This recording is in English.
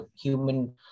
human